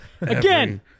Again